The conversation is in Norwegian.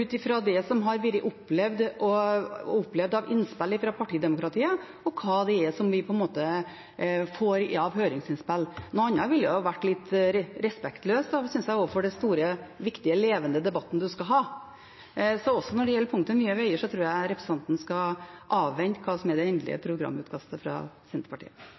ut fra det som har vært opplevd av innspill fra partidemokratiet, og hva en på en måte får av høringsinnspill. Noe annet synes jeg ville vært respektløst overfor den store, viktige og levende debatten en skal ha. Også når det gjelder punktet om Nye Veier, tror jeg representanten skal avvente det endelige programutkastet fra Senterpartiet.